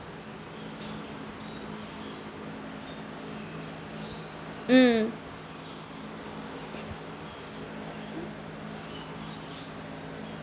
mm